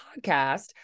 podcast